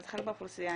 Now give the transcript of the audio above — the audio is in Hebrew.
נתחיל באוכלוסייה,